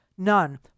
None